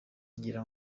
ngira